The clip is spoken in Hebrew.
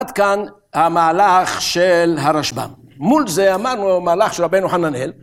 עד כאן המהלך של הרשב"א, מול זה אמרנו המהלך של רבנו חננאל